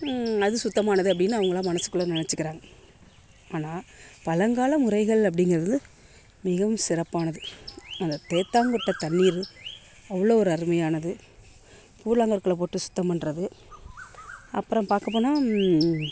அது சுத்தமானது அப்படின்னு அவங்களாவே மனதுக்குள்ள நினச்சிக்கிறாங்க ஆனால் பழங்கால முறைகள் அப்படிங்கிறது மிகவும் சிறப்பானது அதை தேத்தாங்கொட்டை தண்ணீர் அவ்வளோ ஒரு அருமையானது கூழாங்கற்களை போட்டு சுத்தம் பண்றது அப்புறம் பார்க்க போனால்